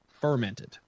fermented